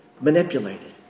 manipulated